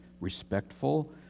respectful